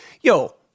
Yo